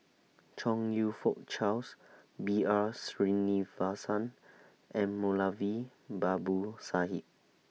Chong YOU Fook Charles B R Sreenivasan and Moulavi Babu Sahib